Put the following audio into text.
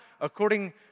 according